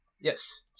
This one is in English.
Yes